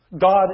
God